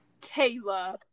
Taylor